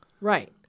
Right